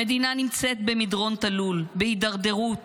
המדינה נמצאת במדרון תלול, בהידרדרות